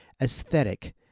aesthetic